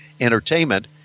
entertainment